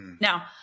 Now